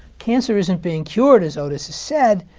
cancer isn't being cured, as otis has said.